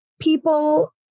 people